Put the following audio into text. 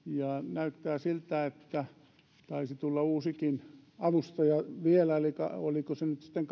näyttää siltä että taisi tulla uusikin avustaja vielä oliko se nyt sitten